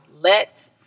Let